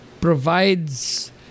provides